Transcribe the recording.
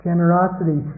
Generosity